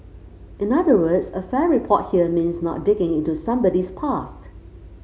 in other words a fair report here means not digging into somebody's past